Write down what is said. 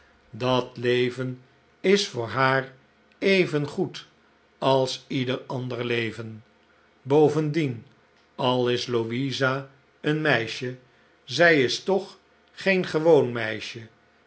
dat leven is voor haar evengoed als ieder ander leven bqvendien al is louisa een meisje zij is toch geen gewoon meisje